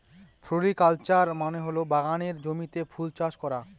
floriculture মানে হল বাগানের জমিতে ফুল চাষ করা